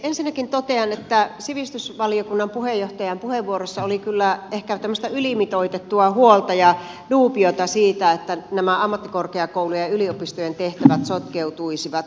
ensinnäkin totean että sivistysvaliokunnan puheenjohtajan puheenvuorossa oli kyllä ehkä tämmöistä ylimitoitettua huolta ja duubiota siitä että nämä ammattikorkeakoulujen ja yliopistojen tehtävät sotkeutuisivat